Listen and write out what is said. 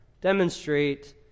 demonstrate